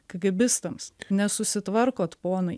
kagėbistams nesusitvarkot ponai